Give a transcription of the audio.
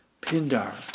Pindar